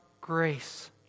grace